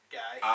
guy